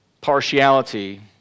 partiality